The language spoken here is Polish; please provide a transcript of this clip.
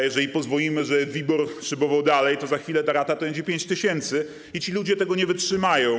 Jeżeli pozwolimy, żeby WIBOR szybował dalej, to za chwilę rata wyniesie 5 tys. zł i ludzie tego nie wytrzymają.